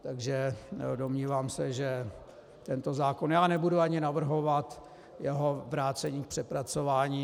Takže domnívám se, že tento zákon já nebudu ani navrhovat jeho vrácení k přepracování.